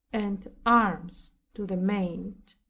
and arms to the maimed.